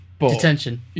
Detention